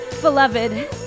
beloved